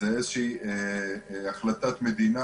זו החלטת מדינה